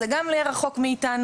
זה גם יהיה רחוק מאיתנו,